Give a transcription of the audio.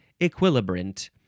equilibrant